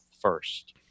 first